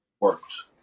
works